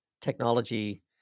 technology